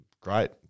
Great